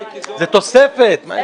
בלי מיקי זוהר --- זה תוספת, מה יש לו?